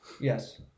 Yes